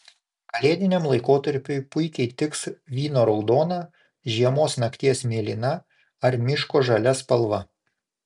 kalėdiniam laikotarpiui puikiai tiks vyno raudona žiemos nakties mėlyna ar miško žalia spalva